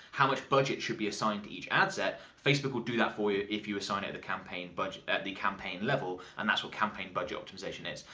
how much budget should be assigned to each ad set, facebook will do that for you if you assign at the campaign budget, at the campaign level. and that's what campaign budget optimization is.